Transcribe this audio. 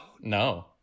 no